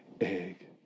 egg